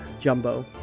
Jumbo